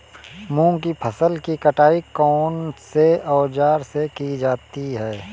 मूंग की फसल की कटाई कौनसे औज़ार से की जाती है?